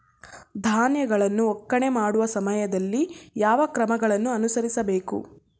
ಧಾನ್ಯಗಳನ್ನು ಒಕ್ಕಣೆ ಮಾಡುವ ಸಮಯದಲ್ಲಿ ಯಾವ ಕ್ರಮಗಳನ್ನು ಅನುಸರಿಸಬೇಕು?